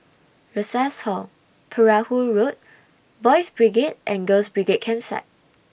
Rosas Hall Perahu Road Boys' Brigade and Girls' Brigade Campsite